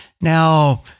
now